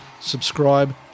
subscribe